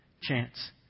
chance